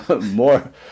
more